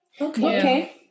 Okay